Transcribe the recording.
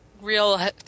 real